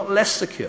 אנו מצויים במהלכו,